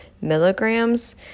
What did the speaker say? milligrams